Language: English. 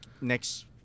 next